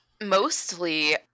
Mostly